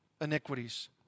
iniquities